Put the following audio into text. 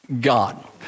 God